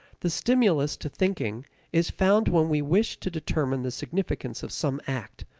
the stimulus to thinking is found when we wish to determine the significance of some act,